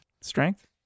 Strength